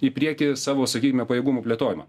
į priekį savo sakykime pajėgumų plėtojimą